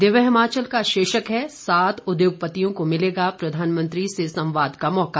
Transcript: दिव्य हिमाचल का शीर्षक है सात उद्योगपतियों को मिलेगा प्रधानमंत्री से संवाद का मौका